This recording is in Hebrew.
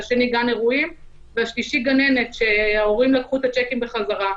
השני גן אירועים והשלישי גננת שההורים לקחו את הצ'קים בחזרה.